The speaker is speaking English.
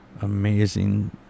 amazing